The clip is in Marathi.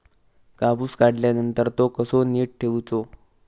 कापूस काढल्यानंतर तो कसो नीट ठेवूचो?